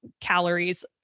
calories